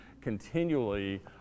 continually